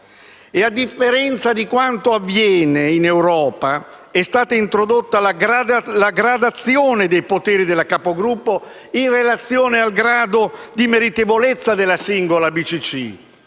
A differenza di quanto avviene in Europa, è stata introdotta la gradazione dei poteri della capogruppo in relazione al grado di meritevolezza della singola BCC.